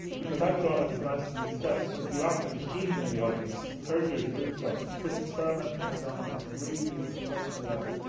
because i've drawn it as nice, neat steps, but if you ask any student in the audience, third year is really tough. this experimental design is really, really tough to learn.